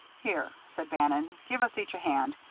here, said bannon, give us each a hand.